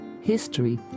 history